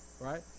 right